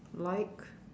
like